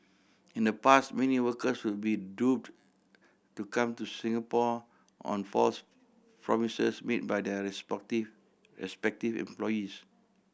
in the past many workers should be duped to come to Singapore on false promises made by their respective respective employees